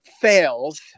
fails